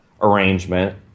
arrangement